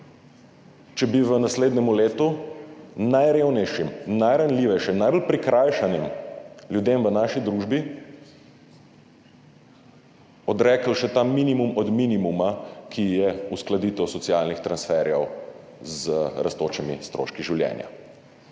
če bi v naslednjem letu najrevnejšim najranljivejšim najbolj prikrajšanim ljudem v naši družbi odrekli še ta minimum od minimuma, ki je uskladitev socialnih transferjev z rastočimi stroški življenja?